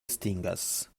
estingas